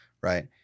right